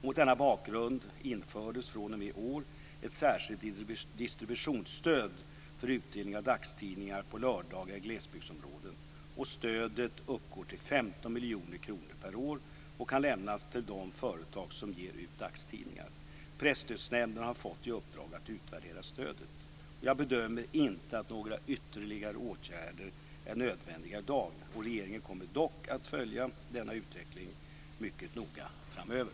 Mot denna bakgrund införs fr.o.m. i år ett särskilt distributionsstöd för utdelning av dagstidningar på lördagar i glesbygdsområden. Stödet uppgår till 15 miljoner kronor per år och kan lämnas till de företag som ger ut dagstidningar. Presstödsnämnden har fått i uppdrag att utvärdera stödet. Jag bedömer inte att några ytterligare åtgärder är nödvändiga i dag. Regeringen kommer dock att följa denna utveckling mycket noga framöver.